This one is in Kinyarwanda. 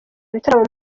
ibitaramo